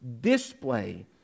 display